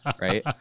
right